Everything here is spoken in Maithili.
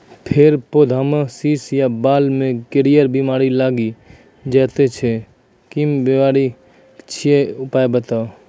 फेर पौधामें शीश या बाल मे करियर बिमारी लागि जाति छै कून बिमारी छियै, उपाय बताऊ?